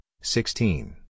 sixteen